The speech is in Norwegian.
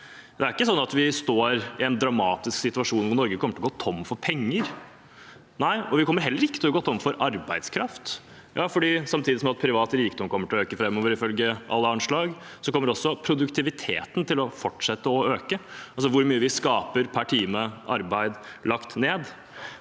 Det er ikke sånn at vi står i en dramatisk situasjon hvor Norge kommer til å gå tom for penger. Nei, og vi kommer heller ikke til å gå tom for arbeidskraft, for samtidig med at privat rikdom ifølge alle anslag kommer til å øke framover, kommer også produktiviteten til å fortsette å øke, altså hvor mye vi skaper per time arbeid lagt ned.